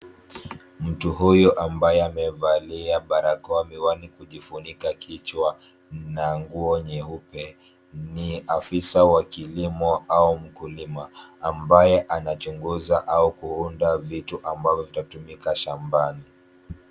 Mtu huyo ambaye amevalia barakoa, miwani kujifunika kichwa na nguo nyeupe ni afisa wa kilimo au mkulima ambaye anachunguza au kuunda vitu ambavyo vitatumika shambani.